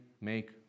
make